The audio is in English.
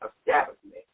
establishment